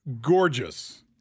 gorgeous